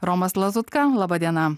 romas lazutka laba diena